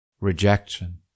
Rejection